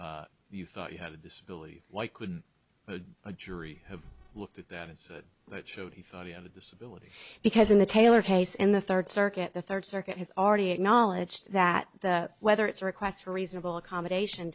me you thought you had a disability why couldn't a jury have looked at that and said that showed he thought he had a disability because in the taylor case in the third circuit the third circuit has already acknowledged that the whether it's a request for reasonable accommodation